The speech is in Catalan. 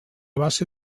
base